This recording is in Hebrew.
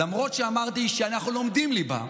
למרות שאמרתי שאנחנו לומדים ליבה,